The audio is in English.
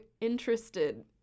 interested